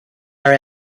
our